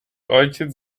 ojciec